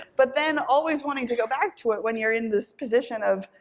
but then always wanting to go back to it when you're in this position of,